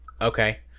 Okay